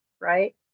right